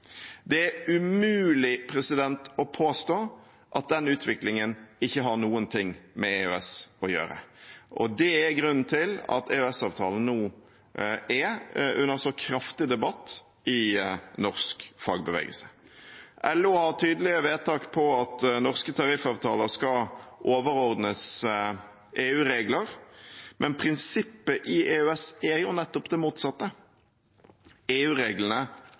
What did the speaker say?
Det er umulig å påstå at den utviklingen ikke har noen ting med EØS å gjøre, og det er grunnen til at EØS-avtalen nå er under så kraftig debatt i norsk fagbevegelse. LO har tydelige vedtak på at norske tariffavtaler skal overordnes EU-regler, men prinsippet i EØS er nettopp det motsatte: